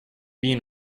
being